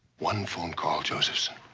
one phone call, josephson,